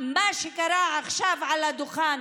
מה שקרה עכשיו על הדוכן,